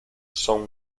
son